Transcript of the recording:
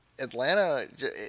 Atlanta